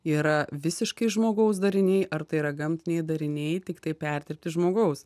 yra visiškai žmogaus dariniai ar tai yra gamtiniai dariniai tiktai perdirbti žmogaus